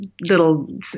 little